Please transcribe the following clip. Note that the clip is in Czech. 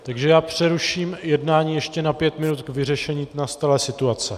Takže já přeruším jednání ještě na pět minut k vyřešení nastalé situace.